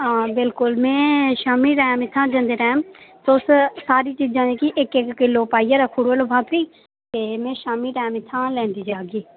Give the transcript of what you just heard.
आं बिल्कुल में शामी लैंग इत्थै जंदे टैम तुस सारी चीजां जेह्की इक इक किलो पाइयै रक्खू उड़ो लफाफे च ते मैं शामी टैम इत्थां लैंदी जागी